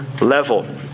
level